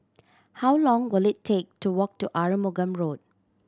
how long will it take to walk to Arumugam Road